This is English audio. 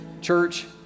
church